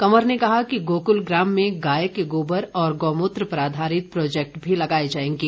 कंवर ने कहा कि गोकुल ग्राम में गाय के गोबर और मूत्र पर आधारित प्रोजैक्ट भी लगाए जाएंगे